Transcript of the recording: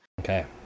Okay